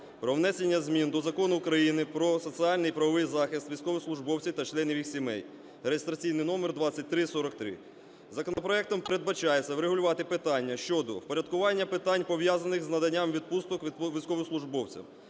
про внесення змін до Закону України "Про соціальний і правовий захист військовослужбовців та членів їх сімей" (реєстраційний номер 2343). Законопроектом передбачається врегулювати питання щодо впорядкування питань, пов’язаних з наданням відпусток військовослужбовцям.